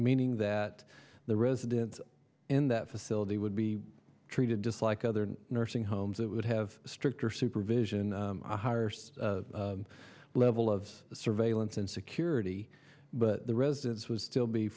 meaning that the residents in that facility would be treated just like other nursing homes that would have stricter supervision a higher level of surveillance and security but the residence was still be